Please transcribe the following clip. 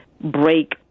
break